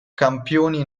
campioni